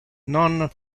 non